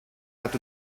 hat